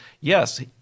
yes